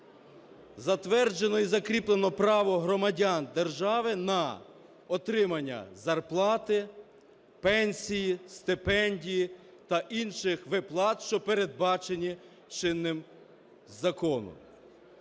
затверджено і закріплено право громадян держави на отримання зарплати, пенсії, стипендії та інших виплат, що передбачені чинним законом.